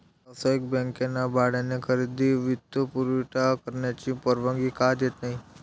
व्यावसायिक बँकांना भाड्याने खरेदी वित्तपुरवठा करण्याची परवानगी का देत नाही